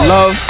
Love